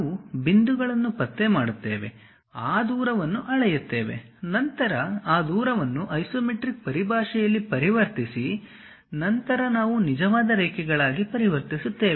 ನಾವು ಬಿಂದುಗಳನ್ನು ಪತ್ತೆ ಮಾಡುತ್ತೇವೆ ಆ ದೂರವನ್ನು ಅಳೆಯುತ್ತೇವೆ ನಂತರ ಆ ದೂರವನ್ನು ಐಸೊಮೆಟ್ರಿಕ್ ಪರಿಭಾಷೆಯಲ್ಲಿ ಪರಿವರ್ತಿಸಿ ನಂತರ ನಾವು ನಿಜವಾದ ರೇಖೆಗಳಾಗಿ ಪರಿವರ್ತಿಸುತ್ತೇವೆ